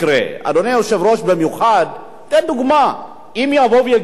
אדוני היושב-ראש, אתן דוגמה: אם יבואו ויגידו,